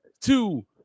two